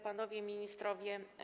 Panowie Ministrowie!